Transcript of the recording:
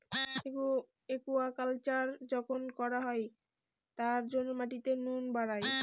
aquaculture যখন করা হয় তার জন্য মাটিতে নুন বাড়ায়